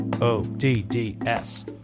O-D-D-S